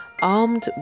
Armed